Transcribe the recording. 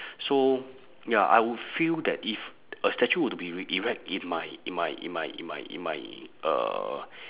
so ya I would feel that if a statue would be erect in my in my in my in my in my uh